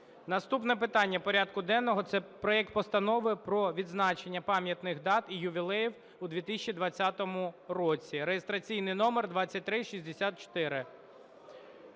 Наступне питання порядку денного – це проект Постанови про відзначення пам'ятних дат і ювілеїв у 2020 році (реєстраційний номер 2364).